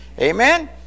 Amen